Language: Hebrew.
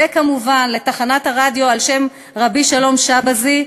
וכמובן לתחנת הרדיו על שם רבי שלום שבזי.